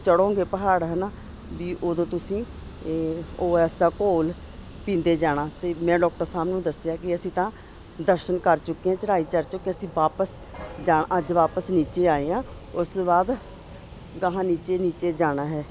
ਚੜ੍ਹੋਂਗੇ ਪਹਾੜ ਹੈ ਨਾ ਵੀ ਉਦੋਂ ਤੁਸੀਂ ਇਹ ਓ ਐੱਸ ਦਾ ਘੋਲ ਪੀਂਦੇ ਜਾਣਾ ਅਤੇ ਮੈਂ ਡੋਕਟਰ ਸਾਹਿਬ ਨੂੰ ਦੱਸਿਆ ਕਿ ਅਸੀਂ ਤਾਂ ਦਰਸ਼ਨ ਕਰ ਚੁੱਕੇ ਹਾਂ ਚੜ੍ਹਾਈ ਚੜ੍ਹ ਚੁੱਕੇ ਅਸੀਂ ਵਾਪਸ ਜਾ ਅੱਜ ਵਾਪਸ ਨੀਚੇ ਆਏ ਹਾਂ ਉਸ ਤੋਂ ਬਾਅਦ ਗਾਹਾਂ ਨੀਚੇ ਨੀਚੇ ਜਾਣਾ ਹੈ